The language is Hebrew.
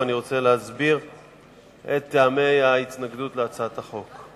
ואני רוצה להסביר את טעמי ההתנגדות להצעת החוק.